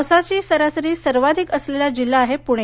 पावसाची सरासरी सर्वाधिक असलेला जिल्हा आहे पूणे